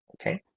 okay